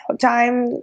time